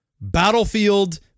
battlefield